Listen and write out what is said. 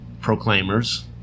proclaimers